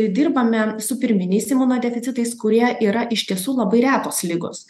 dirbame su pirminiais imunodeficitais kurie yra iš tiesų labai retos ligos